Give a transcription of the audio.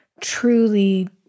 truly